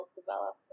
develop